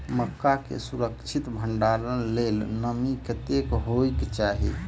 मक्का केँ सुरक्षित भण्डारण लेल नमी कतेक होइ कऽ चाहि?